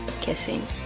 kissing